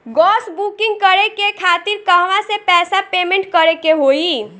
Gas booking करे के खातिर कहवा से पैसा पेमेंट करे के होई?